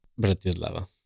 Bratislava